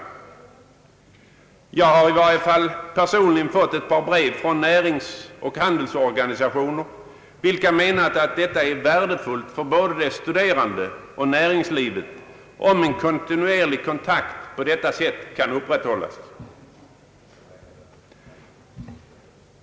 Jag har personligen fått ett par brev från näringsoch handelsorganisationer vilka menat att det är värdefullt för både de studerande och näringslivet om en kontinuerlig kontakt på detta sätt kan upprätthållas.